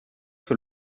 que